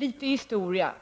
Litet historia: